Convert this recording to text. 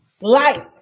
light